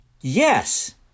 Yes